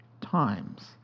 times